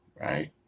right